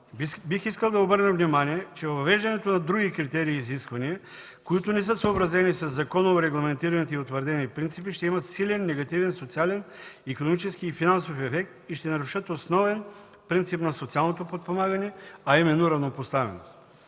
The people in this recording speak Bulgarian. Бих искал да обърна внимание, че въвеждането на други критерии и изисквания, които не са съобразени със законово регламентираните и утвърдени принципи, ще има силен негативен социален, икономически и финансов ефект и ще наруши основен принцип на социалното подпомагане, а именно равнопоставеността.